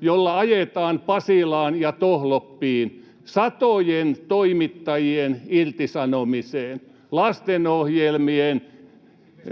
jolla ajetaan Pasilaan ja Tohloppiin satojen toimittajien irtisanomiseen: lastenohjelmien,